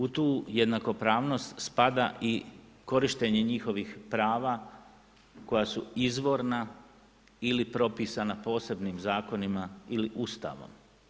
U tu jednakopravnost spada i korištenje njihovih prava koja su izvorna ili propisana posebnim zakonima ili Ustavom.